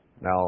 Now